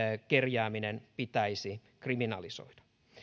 kerjääminen pitäisi kriminalisoida